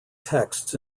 texts